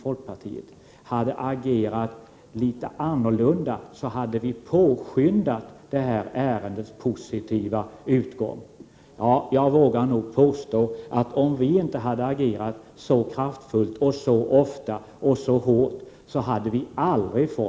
folkpartiet hade agerat litet annorlunda. Jag vågar nog påstå att vi aldrig hade fått någon reform om vi inte hade agerat så kraftfullt, så ofta och så hårt.